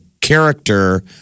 character